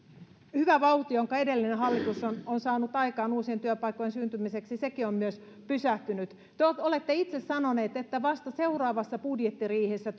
hyvä vauhti jonka edellinen hallitus on on saanut aikaan uusien työpaikkojen syntymiseksi on myös pysähtynyt te te olette itse sanoneet että vasta seuraavassa budjettiriihessä